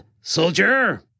Soldier